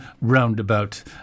roundabout